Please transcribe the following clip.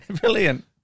brilliant